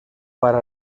para